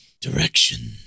direction